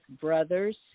brothers